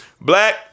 Black